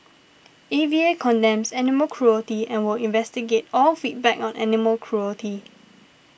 A V A condemns animal cruelty and will investigate all feedback on animal cruelty